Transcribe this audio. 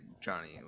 Johnny